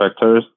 vectors